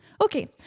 Okay